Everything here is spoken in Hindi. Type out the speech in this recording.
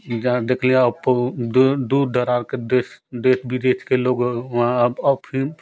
जहाँ दकलियाउप दूर दूर दराज के देश देश विदेश के लोग वहाँ अब अफीम